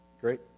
Great